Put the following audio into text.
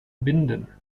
binden